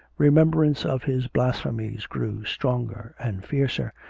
remembrance of his blasphemies grew stronger and fiercer,